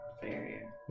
Barrier